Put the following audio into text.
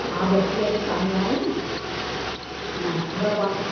हा बिस्लेरी पाणी आहे न हा ॿ बॉट